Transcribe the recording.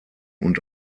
und